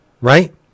Right